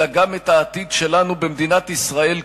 אלא גם את העתיד שלנו במדינת ישראל כולה.